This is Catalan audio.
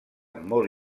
molt